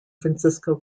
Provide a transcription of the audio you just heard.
francisco